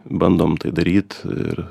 bandom tai daryt ir